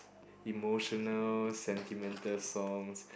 emotional sentimental songs